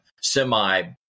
semi